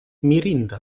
mirinda